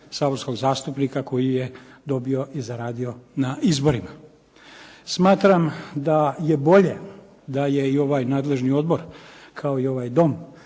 saborskog zastupnika koji je dobio i zaradio na izborima. Smatram da je bolje da je i ovaj nadležni odbor kao i ovaj dom